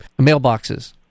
mailboxes